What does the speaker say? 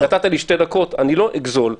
נתת לי שתי דקות ואני לא אגזול יותר,